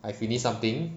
I finish something